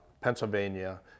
Pennsylvania